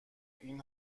این